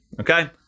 Okay